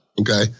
okay